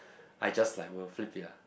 I just like will flip it lah